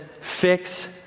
fix